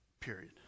period